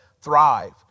thrive